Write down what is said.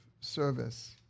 service